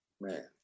Man